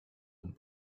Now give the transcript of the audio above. and